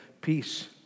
peace